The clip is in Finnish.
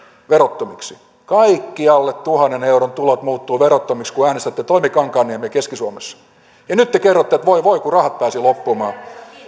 verottomiksi kaikki alle tuhannen euron tulot muuttuvat verottomiksi kun äänestätte toimi kankaanniemeä keski suomessa ja nyt te kerrotte että voi voi kun rahat pääsivät loppumaan